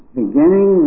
beginning